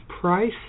price